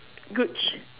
gooch